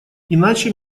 иначе